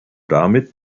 damit